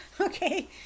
Okay